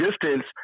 distance